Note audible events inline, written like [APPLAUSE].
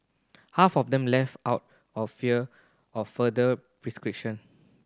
half of them left out of fear of further [UNINTELLIGIBLE]